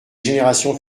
générations